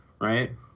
right